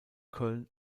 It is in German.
köln